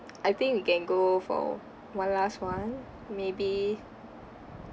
I think we can go for one last one maybe